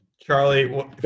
Charlie